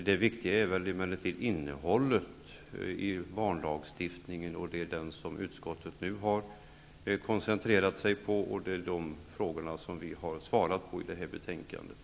Det viktiga är väl emellertid innehållet i barnlagstiftningen; det är det som utskottet nu har koncentrerat sig på, och det är de frågorna vi har behandlat i betänkandet.